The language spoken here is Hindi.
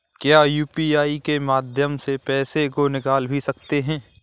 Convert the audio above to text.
क्या यू.पी.आई के माध्यम से पैसे को निकाल भी सकते हैं?